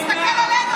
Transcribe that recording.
תסתכל עלינו,